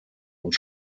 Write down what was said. und